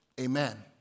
Amen